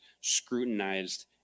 scrutinized